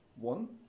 one